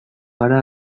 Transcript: gara